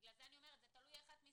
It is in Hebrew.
בגלל האבחנה שאנחנו עושים.